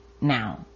now